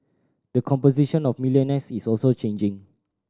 the composition of millionaires is also changing